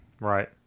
Right